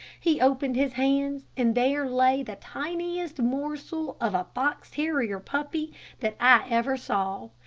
he opened his hands and there lay the tiniest morsel of a fox terrier puppy that i ever saw.